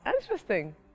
interesting